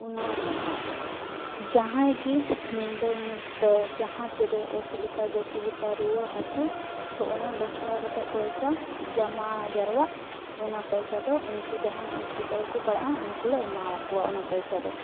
ᱚᱱᱟ ᱡᱟᱦᱟᱸᱭ ᱜᱮ ᱧᱤᱫᱟᱹ ᱧᱩᱛᱟᱹ ᱡᱟᱦᱟᱸ ᱛᱤᱱᱨᱮ ᱚᱥᱩᱵᱤᱫᱷᱟ ᱵᱮᱥᱩᱵᱤᱫᱷᱟ ᱨᱩᱣᱟᱹᱼᱦᱟᱹᱥᱩ ᱚᱱᱟ ᱛᱳ ᱚᱱᱟ ᱫᱚᱥ ᱴᱟᱠᱟ ᱠᱟᱛᱮᱫ ᱯᱚᱭᱥᱟ ᱡᱚᱢᱟ ᱡᱟᱨᱣᱟᱜ ᱚᱱᱟ ᱯᱚᱭᱥᱟ ᱫᱚ ᱩᱱᱠᱩ ᱡᱟᱦᱟᱸᱭ ᱚᱥᱩᱵᱤᱫᱷᱟ ᱨᱮᱠᱚ ᱯᱟᱲᱟᱜᱼᱟ ᱩᱱᱠᱩ ᱞᱮ ᱮᱢᱟᱣ ᱠᱚᱣᱟ ᱚᱱᱟ ᱯᱚᱭᱥᱟ ᱫᱚ